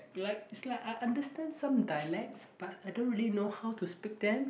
like is like I understand some dialects but I don't really know how to speak them